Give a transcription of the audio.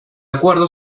acuerdo